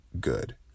good